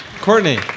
Courtney